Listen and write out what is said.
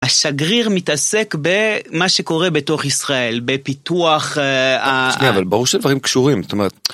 השגריר מתעסק במה שקורה בתוך ישראל, בפיתוח ה... שנייה, אבל ברור שדברים קשורים, זאת אומרת...